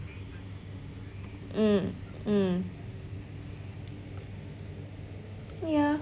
mm mm yeah